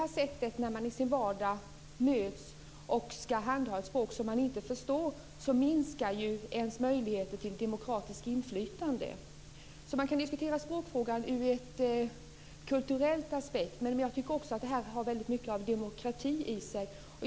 När man på det här sättet i sin vardag möter och ska handha ett språk som man inte förstår minskar ens möjligheter till demokratiskt inflytande. Man kan diskutera språkfrågan med en kulturell aspekt, men jag tycker också att den har mycket av demokrati i sig.